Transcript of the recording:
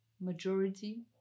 majority